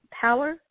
Power